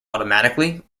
automatically